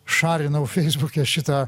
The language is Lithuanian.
šalinau feisbuke šitą